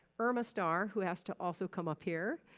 irma star, who has to also come up here,